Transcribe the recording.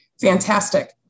fantastic